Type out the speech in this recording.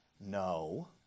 No